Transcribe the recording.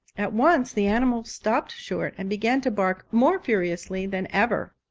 at once the animal stopped short and began to bark more furiously than ever.